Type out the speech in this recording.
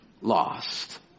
lost